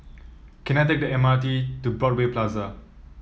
can I take the M R T to Broadway Plaza